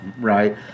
right